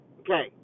okay